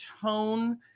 tone